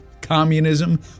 Communism